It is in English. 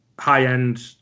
High-end